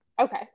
Okay